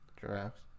Giraffes